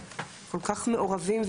כל כך מעורבים,